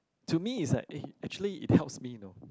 to me is like eh actually it helps me you know